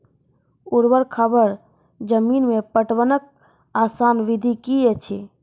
ऊवर खाबड़ जमीन मे पटवनक आसान विधि की ऐछि?